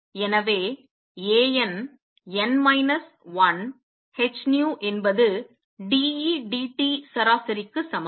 எனவே A n n minus 1 h nu என்பது d E d t சராசரிக்கு சமம்